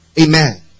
Amen